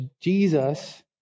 Jesus